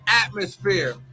atmosphere